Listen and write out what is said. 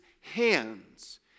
hands